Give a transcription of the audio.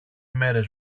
μέρες